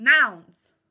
nouns